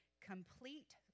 complete